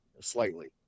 slightly